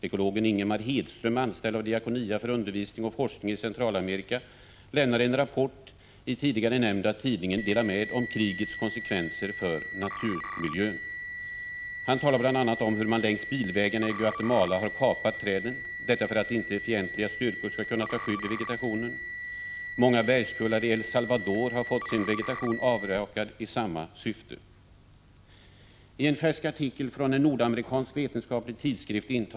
Ekologen Ingemar Hedström, anställd av Diakonia för undervisning och forskning i Centralamerika, lämnar i den tidigare nämnda tidningen ”Dela med” en rapport om krigets konsekvenser för naturmiljön. Han talar bl.a. om hur man längs bilvägarna i Guatemala har kapat träden för att inte fientliga styrkor skall kunna ta skydd i vegetationen. Många bergskullar i El Salvador har fått sin vegetation avrakad i samma syfte. Av en färsk artikel från en nordamerikansk vetenskaplig tidskrift framgår Prot.